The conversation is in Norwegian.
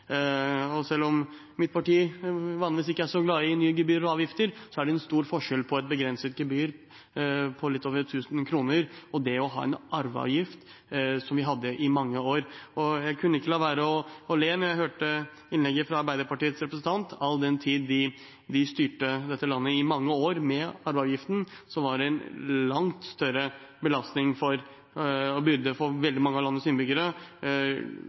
selvkost. Selv om mitt parti vanligvis ikke er så glad i nye gebyrer og avgifter, er det stor forskjell på et begrenset gebyr på litt over 1 000 kr og det å ha en arveavgift, som vi hadde i mange år. Jeg kunne ikke la være å le da jeg hørte innlegget fra Arbeiderpartiets representant, all den tid de styrte dette landet i mange år med arveavgiften, som var en langt større belastning og byrde for veldig mange av landets innbyggere